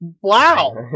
Wow